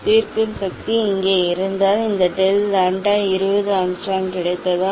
தீர்க்கும் சக்தி இங்கே இருந்தால் இந்த டெல் லாம்ப்டா 20 ஆங்ஸ்ட்ரோம் கிடைத்தால்